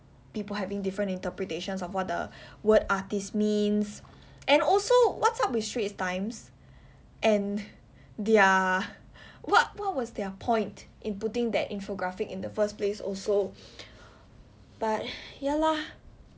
people having different interpretations of what the word artist means and also what's up with straits times and their what what was their point in putting that infographic in the first place also but ya lah